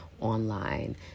online